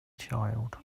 child